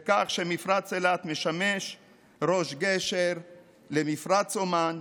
בכך שמפרץ אילת משמש ראש גשר למפרץ עומאן,